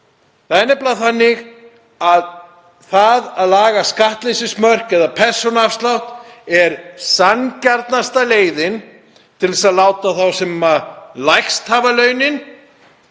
það nefnilega þannig að það að laga skattleysismörk eða persónuafslátt er sanngjarnasta leiðin til að láta þá sem lægst hafa launin